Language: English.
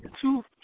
two